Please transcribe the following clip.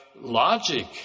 logic